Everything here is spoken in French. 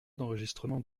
d’enregistrement